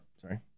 sorry